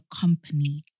company